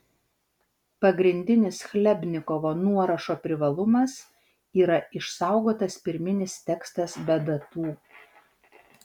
pagrindinis chlebnikovo nuorašo privalumas yra išsaugotas pirminis tekstas be datų